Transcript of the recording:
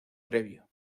previo